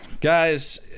guys